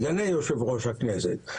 סגני יושב ראש הכנסת.